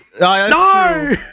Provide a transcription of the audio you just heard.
No